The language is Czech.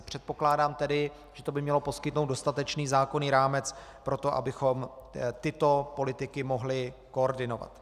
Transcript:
Předpokládám tedy, že to by mělo poskytnout dostatečný zákonný rámec pro to, abychom tyto politiky mohli koordinovat.